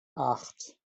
acht